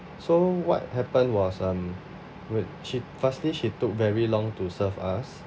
so what happened was um w~ she firstly she took very long to serve us